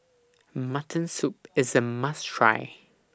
Mutton Soup IS A must Try